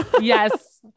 Yes